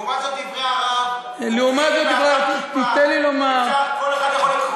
לעומת זאת, דברי הרב מופיעים באתר "כיפה".